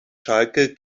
schalke